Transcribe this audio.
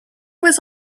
was